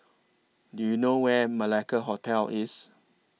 Do YOU know Where Malacca Hotel IS